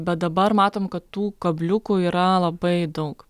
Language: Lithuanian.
bet dabar matom kad tų kabliukų yra labai daug